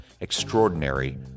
Extraordinary